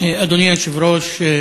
אדוני היושב-ראש,